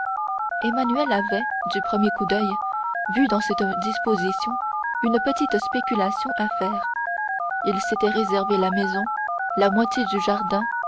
emmanuel avait du premier coup d'oeil vu dans cette disposition une petite spéculation à faire il s'était réservé la maison la moitié du jardin